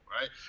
right